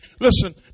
Listen